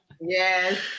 Yes